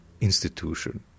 institution